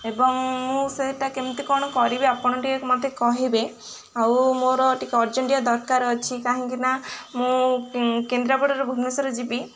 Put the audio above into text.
ଏବଂ ମୁଁ ସେଟା କେମିତି କ'ଣ କରିବି ଆପଣ ଟିକେ ମୋତେ କହିବେ ଆଉ ମୋର ଟିକେ ଅର୍ଜେଣ୍ଟ ୟା ଦରକାର ଅଛି କାହିଁକି ନା ମୁଁ କେନ୍ଦ୍ରାପଡ଼ାରୁ ଭୁବନେଶ୍ୱର ଯିବି